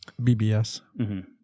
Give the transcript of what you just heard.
BBS